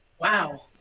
Wow